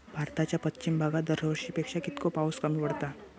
भारताच्या पश्चिम भागात दरवर्षी पेक्षा कीतको पाऊस कमी पडता?